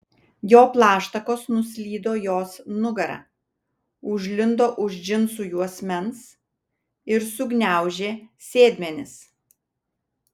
jo plaštakos nuslydo jos nugara užlindo už džinsų juosmens ir sugniaužė sėdmenis